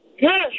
Yes